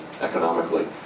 economically